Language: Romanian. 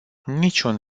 niciun